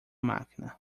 máquina